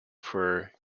for